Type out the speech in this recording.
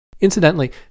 Incidentally